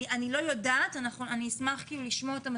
אני אשמח לשמוע אותם.